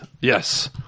yes